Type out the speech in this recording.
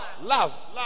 love